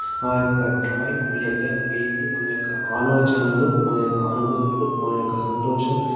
ఆ యొక్క డ్రాయింగ్ మూల్యంగా వేసి మన యొక్క ఆలోచనలు మన యొక్క అనుభూతులు మన యొక్క సంతోషం